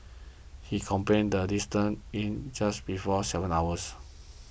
he completed the distance in just before seven hours